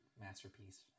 Masterpiece